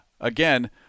again